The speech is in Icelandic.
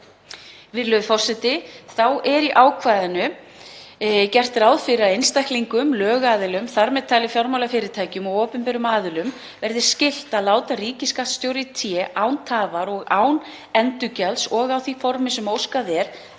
Virðulegur forseti. Þá er í ákvæðinu gert ráð fyrir að einstaklingum, lögaðilum, þar með talið fjármálafyrirtækjum og opinberum aðilum, verði skylt að láta ríkisskattstjóra í té án tafar og án endurgjalds og á því formi sem óskað er